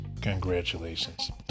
congratulations